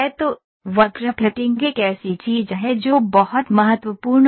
तो वक्र फिटिंग एक ऐसी चीज है जो बहुत महत्वपूर्ण है